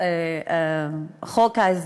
ניהול הוגן.